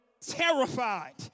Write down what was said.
terrified